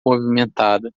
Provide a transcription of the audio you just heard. movimentada